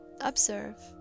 Observe